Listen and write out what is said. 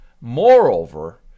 Moreover